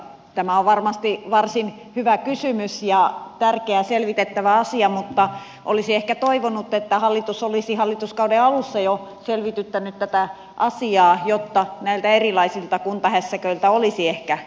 tämä on varmasti varsin hyvä kysymys ja tärkeä selvitettävä asia mutta olisi ehkä toivonut että hallitus olisi hallituskauden alussa jo selvityttänyt tätä asiaa jotta näiltä erilaisilta kuntahässäköiltä olisi ehkä vältytty